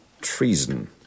Treason